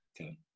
Okay